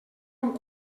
amb